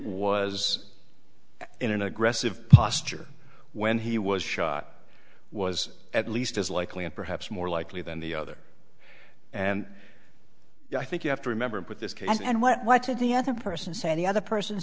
was in an aggressive posture when he was shot was at least as likely and perhaps more likely than the other and i think you have to remember what this case and what to the other person said the other person